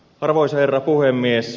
arvoisa herra puhemies